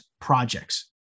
projects